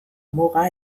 muga